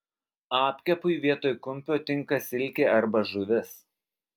apkepui vietoj kumpio tinka silkė arba žuvis